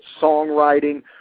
songwriting